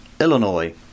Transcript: Illinois